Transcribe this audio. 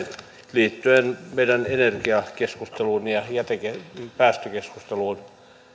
liittyen meidän energiakeskusteluumme ja päästökeskusteluumme siinä